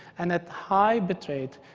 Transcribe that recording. and at high bitrate,